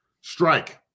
strike